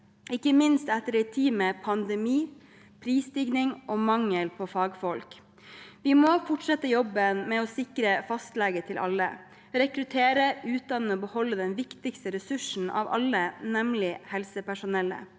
ikke minst etter en tid med pandemi, prisstigning og mangel på fagfolk. Vi må fortsette jobben med å sikre fastlege til alle, rekruttere, utdanne og beholde den viktigste ressursen av alle, nemlig helsepersonellet.